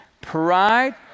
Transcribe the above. Pride